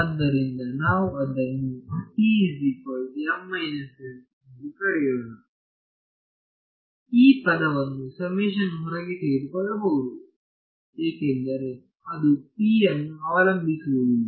ಆದ್ದರಿಂದ ನಾವು ಅದನ್ನು ಕರೆಯೋಣ ಈ ಪದವನ್ನು ಸಮೇಶನ್ ಹೊರಗೆ ತೆಗೆದುಕೊಳ್ಳಬಹುದು ಏಕೆಂದರೆ ಅದು p ವನ್ನು ಅವಲಂಬಿಸಿರುವುದಿಲ್ಲ